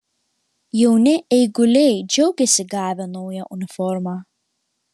jauni eiguliai džiaugiasi gavę naują uniformą